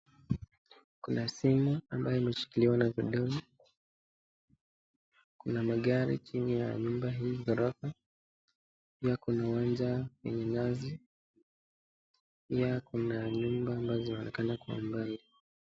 Kuna simu ambayo imeshikiliwa na vidole, kuna magari chini ya hii gorofa, pia kuna uwanja wenye nyasi, nyuma kuna nyumba zinaonekana kwa umbali.